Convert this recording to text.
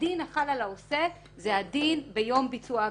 הדין החל על העושה זה הדין ביום ביצוע העבירה.